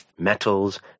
metals